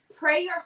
Prayer